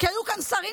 היו כאן שרים,